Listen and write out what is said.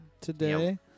today